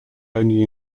only